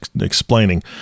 explaining